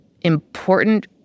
important